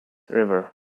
river